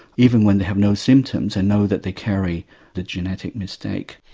even when they have no symptoms and know that they carry the genetic mistake.